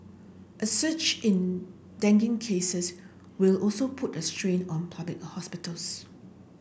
a search in dengue cases will also put a strain on public hospitals